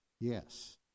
Yes